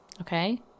okay